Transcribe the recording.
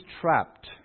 trapped